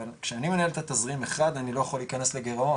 אבל כשאני מנהל את התזרים א' אני לא יכול להיכנס לגירעון,